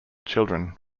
children